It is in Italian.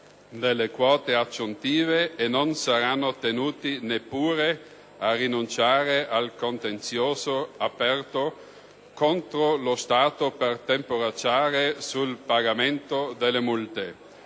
delle quote aggiuntive e non saranno tenuti neppure a rinunciare al contenzioso aperto contro lo Stato per temporeggiare sul pagamento delle multe.